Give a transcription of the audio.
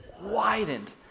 widened